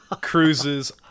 cruises